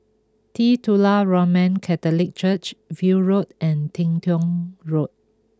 Titular Roman Catholic Church View Road and Teng Tong Road